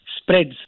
spreads